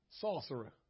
sorcerer